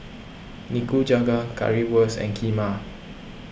Nikujaga Currywurst and Kheema